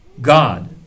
God